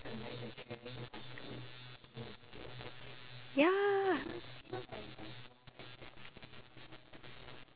ya